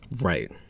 Right